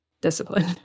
discipline